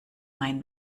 mein